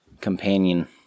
companion